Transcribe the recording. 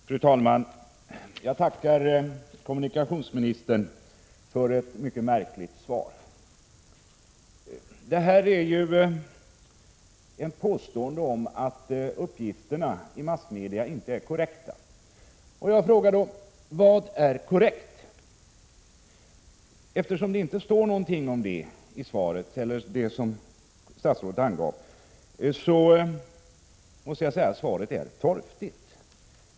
7 maj 1987 Fru talman! Jag tackar kommunikationsministern för ett mycket märkligt Om postverkets paket ES Här påstås att uppgifterna i massmedia inte är korrekta. Då vill jag fråga: Vad är korrekt? Eftersom det inte står någonting om detta i statsrådets svar, måste jag säga att svaret är torftigt.